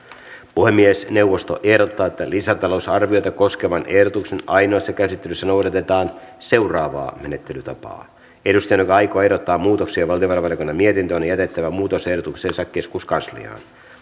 puhemiesneuvosto ehdottaa että lisätalousarviota koskevan ehdotuksen ainoassa käsittelyssä noudatetaan seuraavaa menettelytapaa edustajan joka aikoo ehdottaa muutoksia valtiovarainvaliokunnan mietintöön on jätettävä muutosehdotuksensa keskuskansliaan